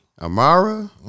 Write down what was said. Amara